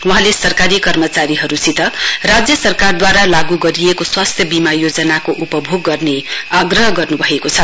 वहाँले सरकारी कर्मचारीहरुसित राज्य सरकारद्वारा लागू गरिएको स्वास्थ्य वीमा योजनाको उपभोग गर्ने आग्रह गर्नु भएको छ